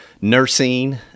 nursing